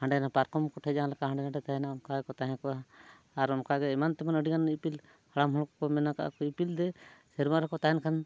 ᱦᱟᱸᱰᱮ ᱯᱟᱨᱠᱚᱢ ᱠᱚᱴᱷᱮ ᱡᱟᱦᱟᱸᱞᱮᱠᱟ ᱦᱟᱸᱰᱮ ᱱᱟᱰᱮ ᱛᱟᱦᱮᱱᱟ ᱚᱱᱠᱟ ᱜᱮᱠᱚ ᱛᱟᱦᱮᱸ ᱠᱚᱜᱼᱟ ᱟᱨ ᱚᱱᱠᱟ ᱜᱮ ᱮᱢᱟᱱ ᱛᱮᱢᱟᱱ ᱟᱹᱰᱤᱜᱟᱱ ᱤᱯᱤᱞ ᱦᱟᱲᱟᱢ ᱦᱚᱲ ᱠᱚᱠᱚ ᱢᱮᱱ ᱠᱟᱜᱼᱟ ᱠᱚ ᱤᱯᱤᱞ ᱫᱮ ᱥᱮᱨᱢᱟ ᱨᱮᱠᱚ ᱛᱟᱦᱮᱱ ᱠᱷᱟᱱ